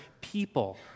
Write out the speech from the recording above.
people